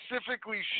specifically